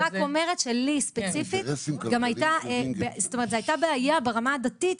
כן אני רק אומרת שלי ספציפית גם הייתה בעיה ברמה הדתית,